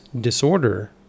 disorder